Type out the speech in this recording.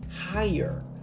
higher